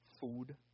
food